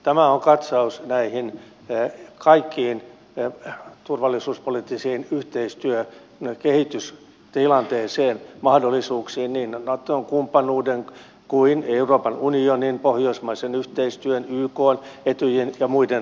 tämä on katsaus tähän koko turvallisuuspoliittiseen yhteistyökehitystilanteeseen mahdollisuuksiin niin naton kumppanuuden kuin euroopan unionin pohjoismaisen yhteistyön ykn etyjin ja muiden osalta